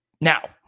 Now